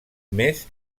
més